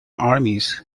armies